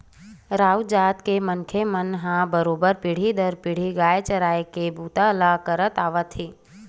राउत जात के मनखे मन ह बरोबर पीढ़ी दर पीढ़ी गाय चराए के बूता ल करत आवत हे